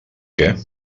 què